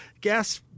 gas